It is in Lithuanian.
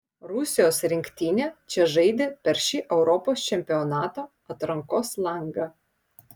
rusijos rinktinė čia žaidė per šį europos čempionato atrankos langą